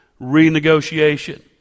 renegotiation